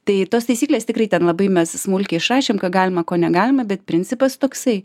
tai tos taisyklės tikrai ten labai mes smulkiai išrašėm ką galima ko negalima bet principas toksai